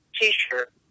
t-shirt